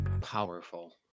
Powerful